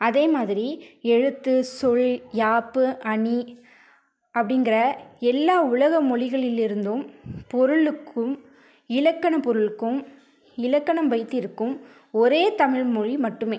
அதே மாதிரி எழுத்து சொல் யாப்பு அணி அப்படிங்கற எல்லா உலக மொழிகளிலிருந்தும் பொருளுக்கும் இலக்கண பொருளுக்கும் இலக்கணம் வைத்திருக்கும் ஒரே தமிழ்மொழி மட்டுமே